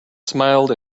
smiled